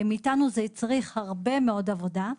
מאתנו זה הצריך הרבה מאוד עבודה.